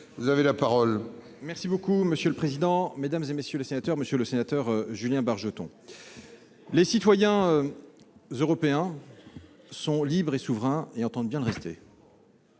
et des affaires étrangères. Monsieur le président, mesdames, messieurs les sénateurs, monsieur le sénateur Julien Bargeton, les citoyens européens sont libres et souverains, et ils entendent bien le rester.